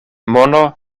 mono